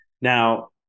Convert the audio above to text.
Now